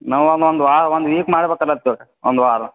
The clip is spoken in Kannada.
ನಾವು ಒಂದು ಒಂದು ವಾರ ಒಂದು ವೀಕ್ ಮಾಡಬೇಕಲತ್ತಿವ್ರಿ ಒಂದು ವಾರ